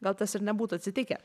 gal tas ir nebūtų atsitikę